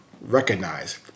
recognize